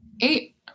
Eight